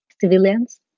civilians